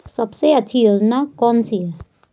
सबसे अच्छी योजना कोनसी है?